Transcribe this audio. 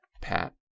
Pat